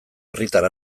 herritar